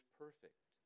perfect